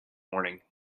morning